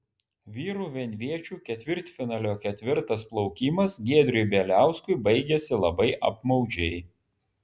vyrų vienviečių ketvirtfinalio ketvirtas plaukimas giedriui bieliauskui baigėsi labai apmaudžiai